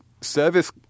service